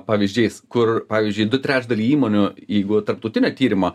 pavyzdžiais kur pavyzdžiui du trečdaliai įmonių jeigu tarptautinio tyrimo